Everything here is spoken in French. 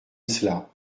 cela